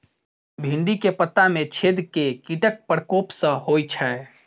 भिन्डी केँ पत्ता मे छेद केँ कीटक प्रकोप सऽ होइ छै?